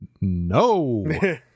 no